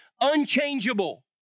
unchangeable